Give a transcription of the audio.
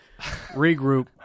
regroup